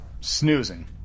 snoozing